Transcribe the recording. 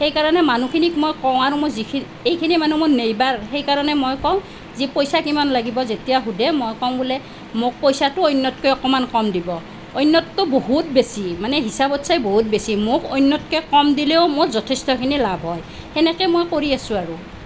সেইকাৰণে মানুহখিনিক মই কওঁ আৰু মই যিখিনি এইখিনি মানুহ মোৰ নেইবাৰ সেইকাৰণে মই কওঁ যে পইচা কিমান লগিব যেতিয়া সোধে মই কওঁ বোলে মোক পইচাটো অন্যতকৈ অকণমান কম দিব অন্যততো বহুত বেছি মানে হিচাপত চাই বহুত বেছি মোক অন্যতকৈ কম দিলেও মোৰ যথেষ্টখিনি লাভ হয় সেনেকৈয়ে মই কৰি আছোঁ আৰু